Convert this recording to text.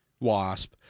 Wasp